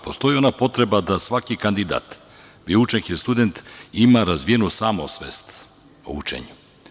Postoji ona potreba da svaki kandidat, bio učenik ili student, ima razvijenu samosvest o učenju.